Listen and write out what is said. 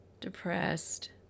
depressed